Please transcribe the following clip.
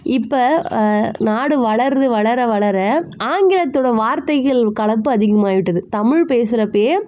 இப்போ நாடு வளருது வளர வளர ஆங்கிலத்தோடய வார்த்தைகள் கலப்பு அதிகமாகி விட்டது தமிழ் பேசுகிறப்பையே